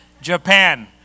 Japan